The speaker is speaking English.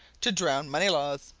to drown moneylaws!